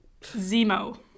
Zemo